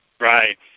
Right